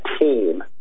team